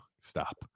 Stop